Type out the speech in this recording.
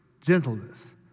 gentleness